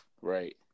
Right